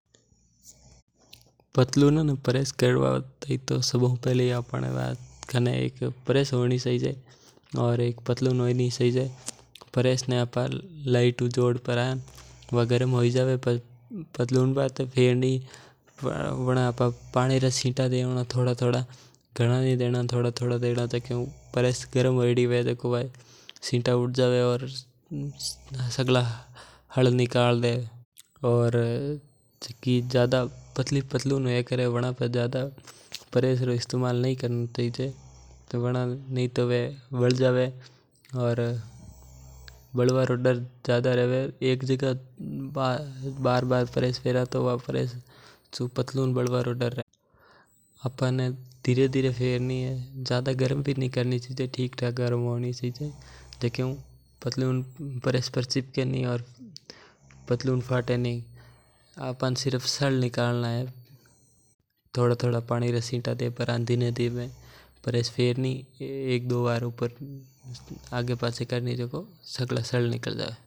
पतलूनों के जोड़ ने प्रेस करवा हारू सबा हु पहले प्रेस चाहिजे बन्नरे बाद में बिजली जोइजै। प्रेस ने लाइट हु जोड़ पड़ी वा गरम हु जावै ज्ञां पटलून माथे फेरनी पाछे पानी रा छींटा देवना ताकि वां माथू साळ मिट जावै। जिकी ज्यादा पतली पटलून हवे वाना पर ज्यादा प्रेस नी फेरनी जोइजै नी तो वा बल जाई।